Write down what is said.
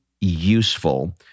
useful